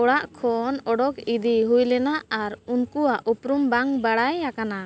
ᱚᱲᱟᱜ ᱠᱷᱚᱱ ᱳᱰᱚᱠ ᱤᱫᱤ ᱦᱩᱭ ᱞᱮᱱᱟ ᱟᱨ ᱩᱱᱠᱩᱣᱟᱜ ᱩᱯᱨᱩᱢ ᱵᱟᱝ ᱵᱟᱲᱟᱭ ᱟᱠᱟᱱᱟ